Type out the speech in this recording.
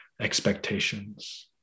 expectations